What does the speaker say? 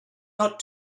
not